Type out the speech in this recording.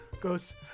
goes